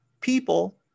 people